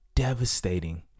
devastating